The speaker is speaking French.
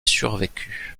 survécu